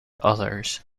others